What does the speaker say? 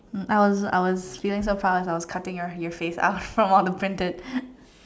mm I was I was feeling so proud of cutting your face out from all the printed